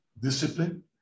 discipline